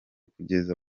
kugeza